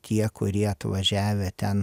tie kurie atvažiavę ten